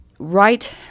Right